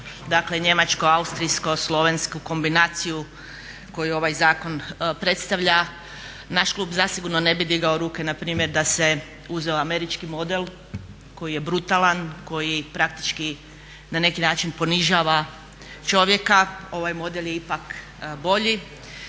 dakle njemačko-austrijsko-slovensku kombinaciju koju ovaj zakon predstavlja. Naš klub zasigurno ne bi digao ruke na primjer da se uzeo američki model koji je brutalan, koji praktički na neki način ponižava čovjeka. Ovaj model je ipak bolji.